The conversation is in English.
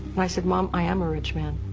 i said, mom, i am a rich man.